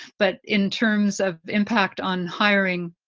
but in terms of impact on hiring,